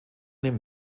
den